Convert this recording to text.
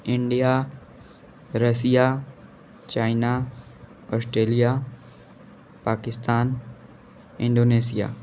India Russia China Australia Pakistan Indonesia